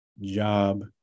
job